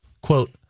Quote